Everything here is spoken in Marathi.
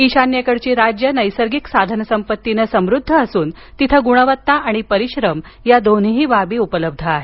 ईशान्येकडील राज्यं नैसर्गिक साधन संपत्तीनं समृद्ध असून तिथं गुणवत्ता आणि परिश्रम या दोन्हीही बाबी उपलब्ध आहेत